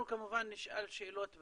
אנחנו כמובן נשאל שאלות בנאליות,